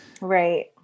right